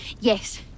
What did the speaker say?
Yes